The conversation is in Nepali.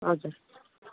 हजुर